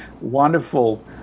wonderful